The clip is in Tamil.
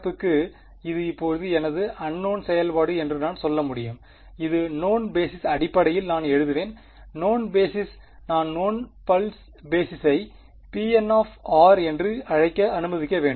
n க்குஇது இப்போது எனது அன்நோவ்ன் செயல்பாடு என்று நான் சொல்ல முடியும் இது நோவ்ன் பேஸிஸ் அடிப்படையில் நான் எழுதுவேன் நோவ்ன் பேஸிஸ் நான் பல்ஸ் பேசிஸை pn என்று அழைக்க அனுமதிக்க வேண்டும்